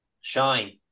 Shine